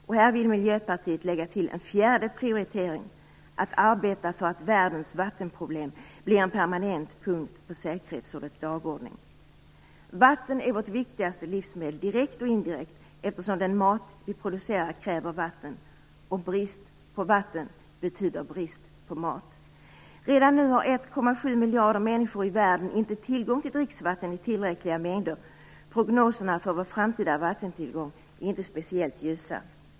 Miljöpartiet vill lägga till en fjärde prioritering, nämligen att man skall arbeta för att världens vattenproblem blir en permanent punkt på säkerhetsrådets dagordning. Vatten är vårt viktigaste livsmedel, direkt och indirekt, eftersom den mat som vi producerar kräver vatten. Och brist på vatten betyder brist på mat. Redan nu har 1,7 miljarder människor i världen inte tillgång till dricksvatten i tillräckliga mängder. Prognoserna för vår framtida vattentillgång är inte speciellt ljusa.